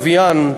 לוויין,